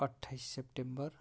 अट्ठाइस सेप्टेम्बर